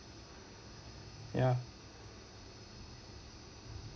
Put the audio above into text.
ya